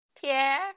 Pierre